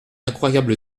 incroyable